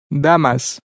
Damas